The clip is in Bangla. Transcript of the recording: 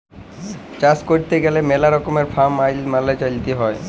চাষ ক্যইরতে গ্যালে ম্যালা রকমের ফার্ম আইল মালে চ্যইলতে হ্যয়